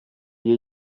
gihe